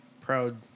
proud